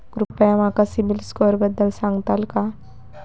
कृपया माका सिबिल स्कोअरबद्दल सांगताल का?